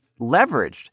leveraged